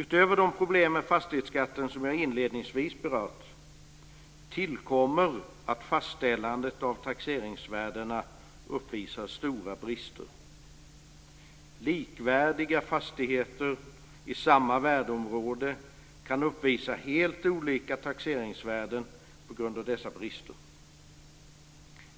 Utöver de problem med fastighetsskatten som jag inledningsvis har berört tillkommer att fastställandet av taxeringsvärdena uppvisar stora brister. Likvärdiga fastigheter i samma värdeområde kan uppvisa helt olika taxeringsvärden på grund av dessa brister.